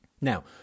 Now